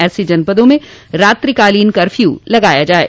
ऐसे जनपदों में रात्रि कालीन कर्फ्यू लगाया जाये